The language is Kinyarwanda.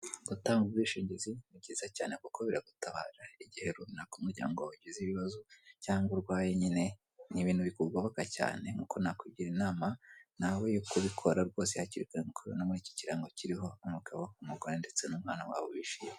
Gutanga ubwishingizi ni byiza cyane kuko biragutabara igihe runaka umuryango ugize ibibazo, cyangwa urwaye nyine. Ni ibintu bikugoboka cyane nk'uko nakugira inama nawe yo kubikora rwose hakiri kare, nk'uko mubibona muri iki kirango kiriho umugabo, umugore ndetse n'umwana wabo bishimye.